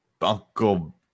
Uncle